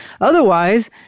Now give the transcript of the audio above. otherwise